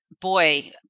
boy